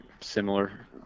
similar